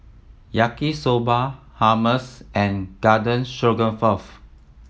Yaki Soba Hummus and Garden Stroganoff